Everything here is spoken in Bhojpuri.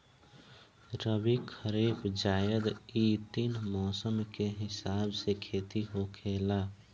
रबी, खरीफ, जायद इ तीन मौसम के हिसाब से खेती होखेला